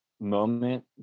moment